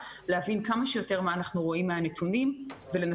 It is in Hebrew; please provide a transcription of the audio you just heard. להבין כמה שיותר מה אנחנו רואים מן הנתונים ולנסות